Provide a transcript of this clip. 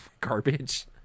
garbage